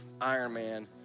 Ironman